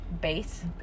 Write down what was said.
base